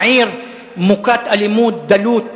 עיר מוכת אלימות, דלות